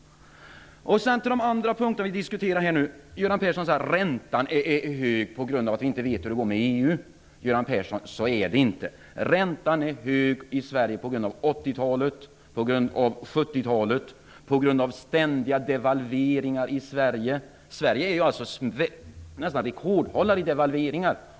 Sedan till de andra frågorna som vi diskuterar här. Göran Persson säger att räntan är hög på grund av att vi inte vet hur det går i EU-omröstningen. Göran Persson, så är det inte. Räntan i Sverige är hög på grund av det som hände under 80-talet och 70-talet, på grund av ständiga devalveringar i Sverige. Sverige är nästan rekordhållare i devalveringar.